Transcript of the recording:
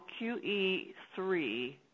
QE3